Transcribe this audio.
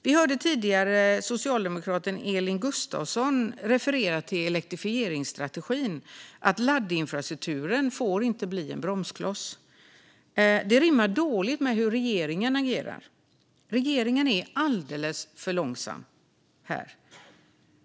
Vi hörde tidigare socialdemokraten Elin Gustafsson referera till elektrifieringsstrategin och till att laddinfrastrukturen inte får bli en bromskloss. Detta rimmar dåligt med hur regeringen agerar. Regeringen är alldeles för långsam här.